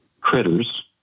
critters